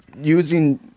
using